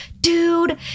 dude